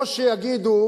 או שיגידו